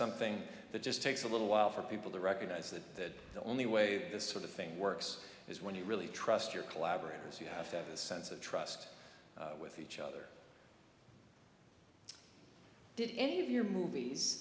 something that just takes a little while for people to recognize that the only way that this sort of thing works is when you really trust your collaborators you have to have a sense of trust with each other did any of your movies